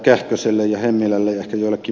kähköselle ja ed